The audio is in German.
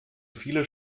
viele